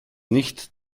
nicht